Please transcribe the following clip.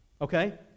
okay